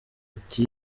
ati